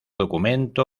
documento